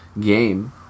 game